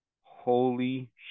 holy